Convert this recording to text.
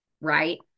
right